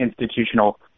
institutional